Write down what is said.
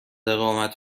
اقامت